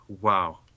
Wow